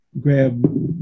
grab